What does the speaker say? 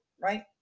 right